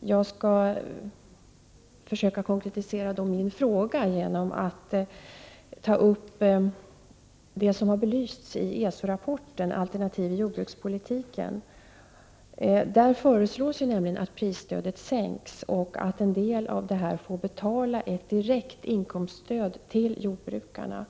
Jag skall försöka konkretisera min fråga genom att ta upp det som har belysts i ESO-rapporten Alternativ i jordbrukspolitiken. Där föreslås nämligen att prisstödet sänks och att en del av detta får betalas i form av ett direkt stöd till jordbrukarna.